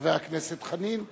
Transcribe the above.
לחבר הכנסת חנין,